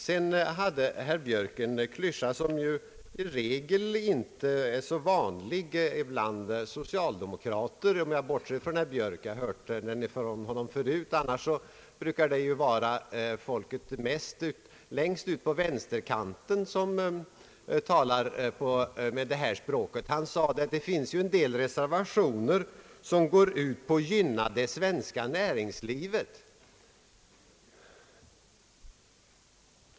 Herr Björk använde en klyscha som inte är så vanlig bland socialdemokrater; från herr Björk har jag emellertid hört den förut. Det brukar mest vara folk längst ute på vänsterkanten som begagnar det språket. Han sade att det finns reservationer som går ut på att gynna det svenska näringslivet.